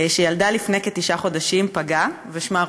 שילדה לפני כתשעה חודשים פגה ושמה רות.